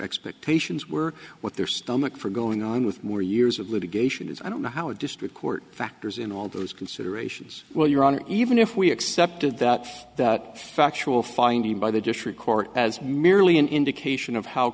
expectations were what their stomach for going on with more years of litigation is i don't know how a district court factors in all those considerations well your honor even if we accepted that that factual finding by the district court as merely an indication of how